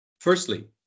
firstly